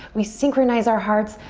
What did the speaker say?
we synchronize our hearts,